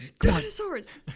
Dinosaurs